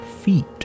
feet